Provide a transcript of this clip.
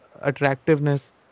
attractiveness